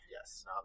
Yes